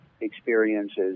experiences